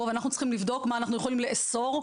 ואנחנו צריכים לבדוק מה אנחנו יכולים לאסור,